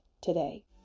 today